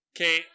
Okay